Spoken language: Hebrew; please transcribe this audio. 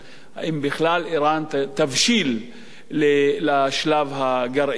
האם בכלל אירן תבשיל לשלב הגרעיני,